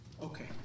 Okay